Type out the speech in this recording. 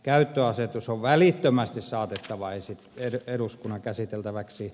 käyttöönottoasetus on välittömästi saatettava eduskunnan käsiteltäväksi